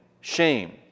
shame